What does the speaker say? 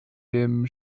dem